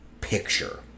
picture